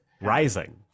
Rising